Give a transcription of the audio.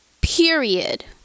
Period